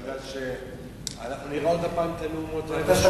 כי אנחנו נראה עוד פעם את המהומות האלה,